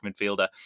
midfielder